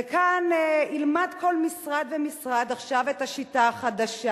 וכאן ילמד כל משרד ומשרד עכשיו את השיטה החדשה.